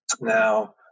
Now